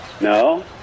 no